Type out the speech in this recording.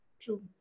true